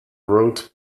wrote